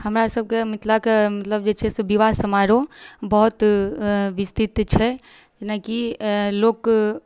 हमरा सबके मिथिलाके मतलब जे छै से विबाह समारोह बहुत विस्तृत छै जेनाकि लोक